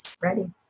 ready